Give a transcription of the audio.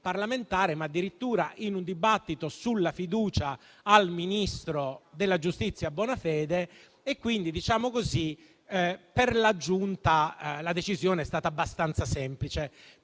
parlamentare, ma addirittura in un dibattito sulla fiducia al ministro della giustizia Bonafede e quindi per la Giunta la decisione è stata abbastanza semplice.